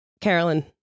Carolyn